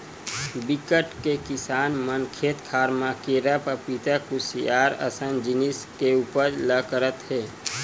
बिकट के किसान मन खेत खार म केरा, पपिता, खुसियार असन जिनिस के उपज ल करत हे